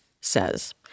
says